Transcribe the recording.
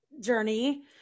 journey